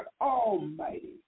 Almighty